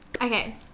Okay